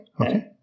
okay